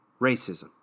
racism